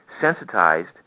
sensitized